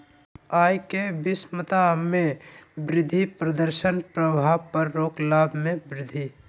आय के विषमता में वृद्धि प्रदर्शन प्रभाव पर रोक लाभ में वृद्धि